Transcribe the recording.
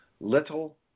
little